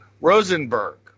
Rosenberg